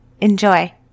Enjoy